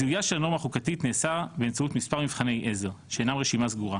זיהויה של נורמה חוקתית נעשה באמצעות מספר מבחני עזר שאינם רשימה סגורה: